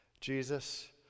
Jesus